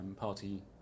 Party